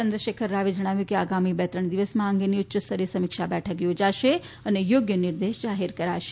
ચંદ્રશેખર રાવે જણાવ્યું કે આગામી બે ત્રણ દિવસમાં આ અંગેની ઉચ્યસ્તરીય સમીક્ષા બેઠક યોજાશે અને યોગ્ય નિર્દેશ જાહેર કરાશે